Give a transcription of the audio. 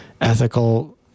ethical